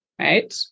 Right